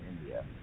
India